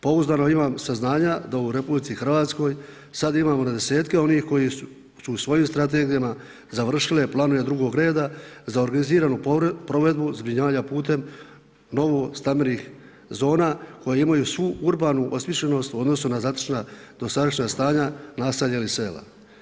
Pouzdano imam saznanja da u RH sada imamo na desetke koji su u svojim strategijama završile planove drugog reda za organiziranu provedbu zbrinjavanja putem novo stambenih zona koja imaju svu urbanu osmišljenost u odnosu na zatečena dosadašnja stana naselja ili sela.